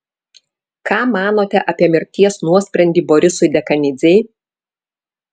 ką manote apie mirties nuosprendį borisui dekanidzei